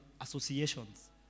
associations